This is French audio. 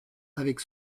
avec